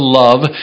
love